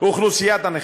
אוכלוסיית הנכים.